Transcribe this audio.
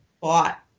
bought